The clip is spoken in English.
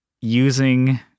using